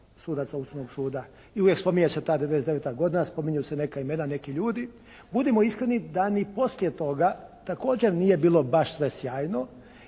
sudaca Ustavnog suda i uvijek spominje se ta 99. godina, spominju se neka imena, neki ljudi. Budimo iskreni da ni poslije toga također nije bilo baš sve sjajno